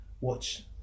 watch